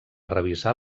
revisar